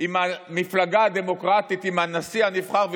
עם המפלגה הדמוקרטית, עם הנשיא הנבחר,